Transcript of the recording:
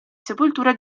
sepoltura